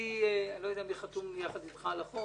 אני לא יודע מי חתום יחד איתך על החוק